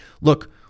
look